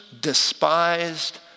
despised